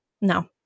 no